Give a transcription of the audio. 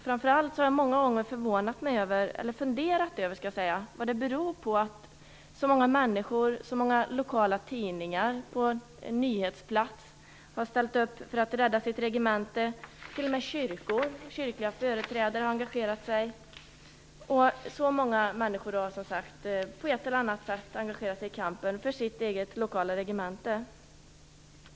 Framför allt har jag många gånger funderat över vad det beror på att så många lokala tidningar på nyhetsplats har ställt upp för att rädda sitt regemente. Många människor, t.o.m. kyrkliga företrädare, har engagerat sig i kampen för sitt lokala regemente.